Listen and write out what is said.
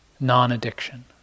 non-addiction